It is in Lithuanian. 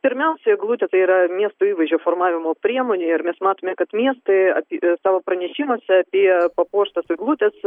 pirmiausia eglutė tai yra miesto įvaizdžio formavimo priemonė ir mes matome kad miestai apie savo pranešimuose apie papuoštas eglutes